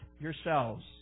yourselves